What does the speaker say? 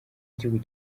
igihugu